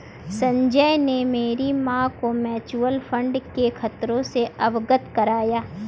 संजय ने मेरी मां को म्यूचुअल फंड के खतरों से अवगत कराया